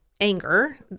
anger